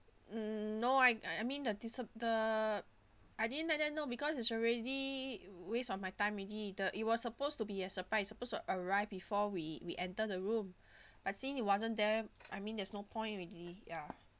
mm no I I I mean the the I didn't let them know because it's already waste of my time already the it was supposed to be a surprise supposed to arrive before we we enter the room but since it wasn't there I mean there's no point already ya